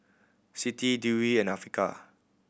Siti Dewi and Afiqah